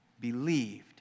believed